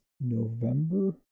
November